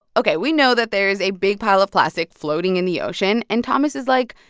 ok. we know that there is a big pile of plastic floating in the ocean, and thomas is like,